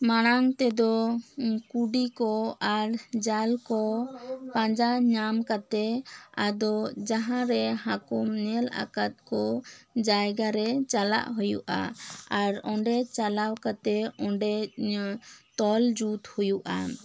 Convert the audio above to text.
ᱢᱟᱲᱟᱝ ᱛᱮᱫᱚ ᱠᱩᱰᱤ ᱠᱚ ᱟᱨ ᱡᱟᱞ ᱠᱚ ᱯᱟᱸᱡᱟ ᱧᱟᱢ ᱠᱟᱛᱮ ᱟᱫᱚ ᱡᱟᱦᱟᱸ ᱨᱮ ᱦᱟᱹᱠᱩᱢ ᱧᱮᱞ ᱟᱠᱟᱫ ᱠᱚ ᱡᱟᱭᱜᱟ ᱨᱮ ᱪᱟᱞᱟᱜ ᱦᱩᱭᱩᱜᱼᱟ ᱟᱨ ᱚᱸᱰᱮ ᱪᱟᱞᱟᱣ ᱠᱟᱛᱮ ᱚᱸᱰᱮ ᱛᱚᱞ ᱡᱩᱛ ᱦᱩᱭᱩᱜᱼᱟ